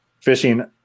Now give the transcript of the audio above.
fishing